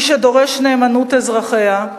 מי שדורש נאמנות אזרחיה,